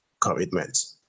commitments